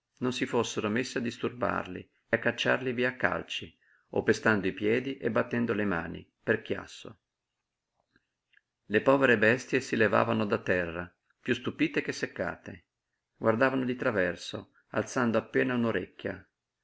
non si fossero messi a disturbarli e cacciarli via a calci o pestando i piedi e battendo le mani per chiasso le povere bestie si levavano da terra piú stupite che seccate guardavano di traverso alzando appena un'orecchia